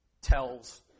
tells